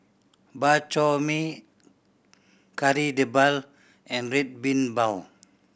Bak Chor Mee Kari Debal and Red Bean Bao